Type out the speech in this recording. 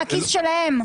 מהכיס שלהם.